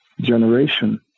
generation